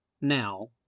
now